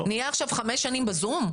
נהיה עכשיו 5 שנים ב-זום?